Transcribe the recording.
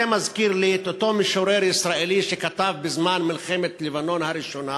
זה מזכיר לי את אותו משורר ישראלי שכתב בזמן מלחמת לבנון הראשונה